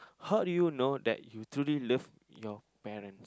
how do you know that you truly love your parents